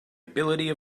ability